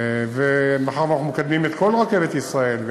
אנחנו מקדמים את כל רכבת ישראל,